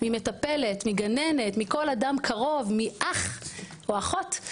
ממטפלת, מגננת, מכל אדם קרוב, מאח או אחות.